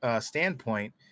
standpoint